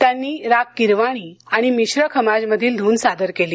त्यांनी राग किरवाणी आणि मिश्र खमाज मधील धून सादर केली